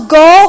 go